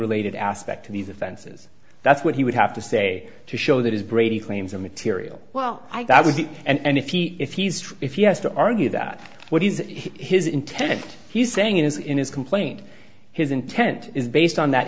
related aspect of these offenses that's what he would have to say to show that his brady claims are material well i see and if he if he's if he has to argue that what is his intent he's saying it is in his complaint his intent is based on that